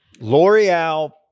L'Oreal